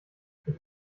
ich